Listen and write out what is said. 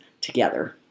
together